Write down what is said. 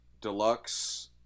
deluxe